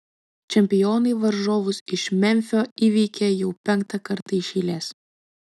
čempionai varžovus iš memfio įveikė jau penktą kartą iš eilės